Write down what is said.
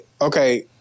okay